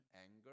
anger